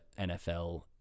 NFL